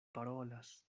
parolas